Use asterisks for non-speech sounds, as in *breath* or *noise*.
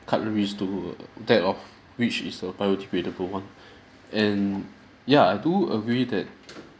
cutleries to that of which is a biodegradable one *breath* and ya I do agree that